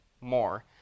more